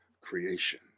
creation